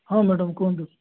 ହଁ ମ୍ୟାଡ଼ାମ୍ କୁହନ୍ତୁ